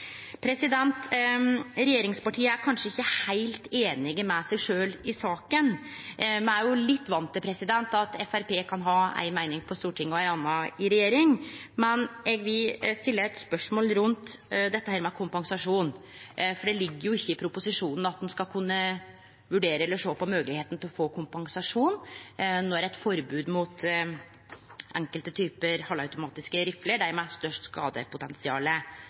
saka. Me er vant til at Framstegspartiet kan ha ei meining på Stortinget og ei anna i regjering, men eg vil stille eit spørsmål om kompensasjon, for det ligg ikkje i proposisjonen at ein skal kunne vurdere eller sjå på moglegheita til å få kompensasjon når eit forbod mot enkelte typar halvautomatiske rifler – dei med størst